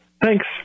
Thanks